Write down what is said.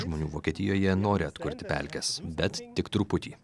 žmonių vokietijoje nori atkurti pelkes bet tik truputį